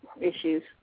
issues